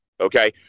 okay